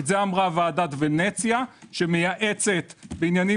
את זה אמרה ועדת ונציה שמייעצת בעניינים